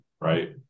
Right